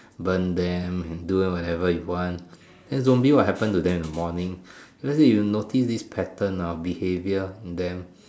burn them and doing whatever you want then zombie what happened to them in the morning let's say you notice this pattern ah behaviour in them